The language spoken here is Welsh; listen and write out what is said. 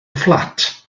fflat